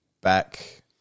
back